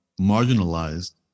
marginalized